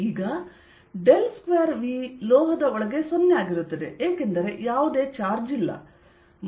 ಈಗ del square V ಲೋಹದ ಒಳಗೆ 0 ಆಗಿರುತ್ತದೆ ಏಕೆಂದರೆ ಯಾವುದೇ ಚಾರ್ಜ್ ಇಲ್ಲ